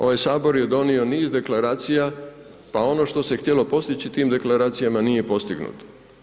Ovaj Sabor je donio niz deklaracija pa ono što se htjelo postići tim deklaracijama, nije postignuto.